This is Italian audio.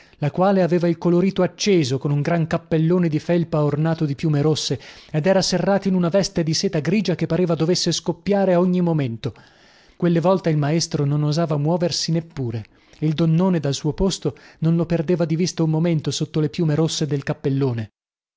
la quale aveva il colorito acceso ed era serrata in una veste di seta grigia che pareva dovesse scoppiare a ogni momento con un cappellone di felpa in capo ornato di piume rosse quelle volte il maestro non osava muoversi neppure e la sua compagna da lontano non lo perdeva di vista un momento sotto le piume rosse del cappellone